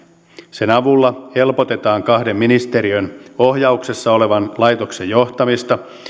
sen avulla helpotetaan kahden ministeriön ohjauksessa olevan laitoksen johtamista